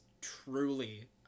truly